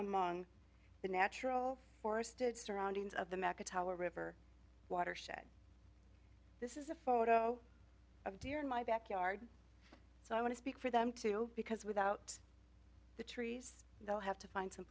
among the natural forested surroundings of the mecca tower river watershed this is a photo of deer in my backyard so i want to speak for them too because without the trees they'll have to find some